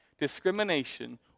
discrimination